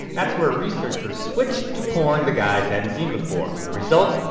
that's where researchers switched to porn the guys hadn't seen before. the result?